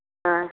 हाँ